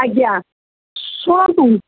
ଆଜ୍ଞା ଶୁଣନ୍ତୁ